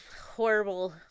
horrible